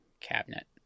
cabinet